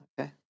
okay